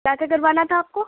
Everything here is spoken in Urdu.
کیا کیا کروانا تھا آپ کو